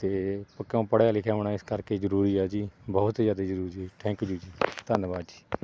ਅਤੇ ਕਿਉਂ ਪੜ੍ਹਿਆ ਲਿਖਿਆ ਹੋਣਾ ਇਸ ਕਰਕੇ ਜ਼ਰੂਰੀ ਆ ਜੀ ਬਹੁਤ ਹੀ ਜ਼ਿਆਦਾ ਜ਼ਰੂਰੀ ਹੈ ਜੀ ਥੈਂਕ ਯੂ ਜੀ ਧੰਨਵਾਦ ਜੀ